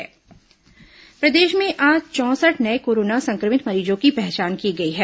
corona मरीज प्रदेश में आज चौंसठ नये कोरोना संक्रमित मरीजों की पहचान की गई है